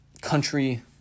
country